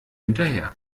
hinterher